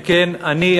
שכן אני,